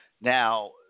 Now